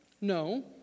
No